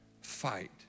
Fight